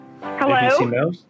Hello